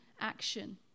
action